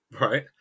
right